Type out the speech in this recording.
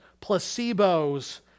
placebos